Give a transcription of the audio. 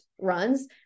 runs